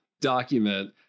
document